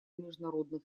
международных